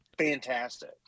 fantastic